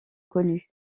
connue